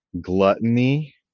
Gluttony